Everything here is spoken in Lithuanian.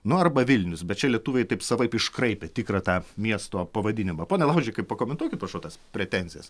nu arba vilnius bet čia lietuviai taip savaip iškraipė tikrą tą miesto pavadinimą pone laužikai pakomentuokit prašau tas pretenzijas